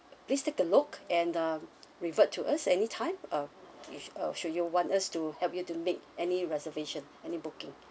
please take a look and uh revert to us anytime uh if uh should you want us to help you to make any reservation any booking